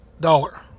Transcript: dollar